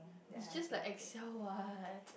it's just like Excel what